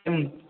किम्